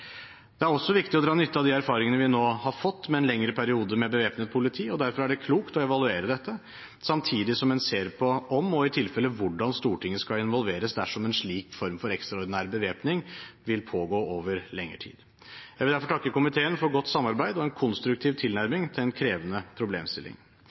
Det er også viktig å dra nytte av de erfaringene vi nå har fått med en lengre periode med bevæpnet politi, og derfor er det klokt å evaluere dette, samtidig som en ser på om og i tilfelle hvordan Stortinget skal involveres dersom en slik form for ekstraordinær bevæpning vil pågå over lengre tid. Jeg vil derfor takke komiteen for et godt samarbeid og en konstruktiv tilnærming til en krevende problemstilling.